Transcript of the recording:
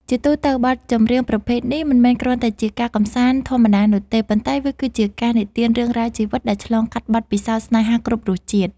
ជាទូទៅ បទចម្រៀងប្រភេទនេះមិនមែនគ្រាន់តែជាការកម្សាន្តធម្មតានោះទេ ប៉ុន្តែវាគឺជាការនិទានរឿងរ៉ាវជីវិតដែលឆ្លងកាត់បទពិសោធន៍ស្នេហាគ្រប់រសជាតិ។